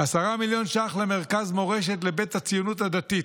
10 מיליון ש"ח למרכז מורשת לבית הציונות הדתית,